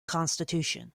constitution